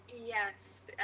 Yes